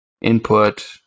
input